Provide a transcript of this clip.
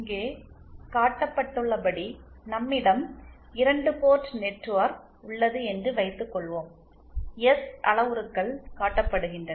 இங்கே காட்டப்பட்டுள்ளபடி நம்மிடம் 2 போர்ட் நெட்வொர்க் உள்ளது என்று வைத்துக்கொள்வோம் எஸ் அளவுருக்கள் காட்டப்படுகின்றன